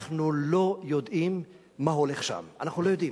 אנחנו לא יודעים מה הולך שם, אנחנו לא יודעים.